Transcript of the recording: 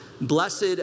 Blessed